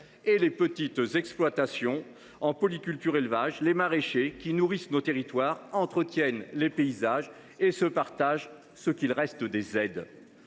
et les petites exploitations en polyculture, élevage ou maraîchage, qui nourrissent nos territoires, entretiennent les paysages et se partagent ce qu’il reste des aides.